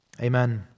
Amen